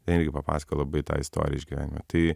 ten irgi papasakojo labai tą istoriją gyvenime tai